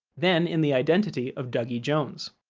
then in the identity of dougie jones.